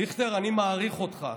דיכטר, אני מעריך אותך.